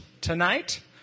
tonight